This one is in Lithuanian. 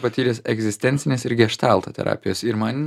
patyręs egzistencinės ir geštalto terapijos ir man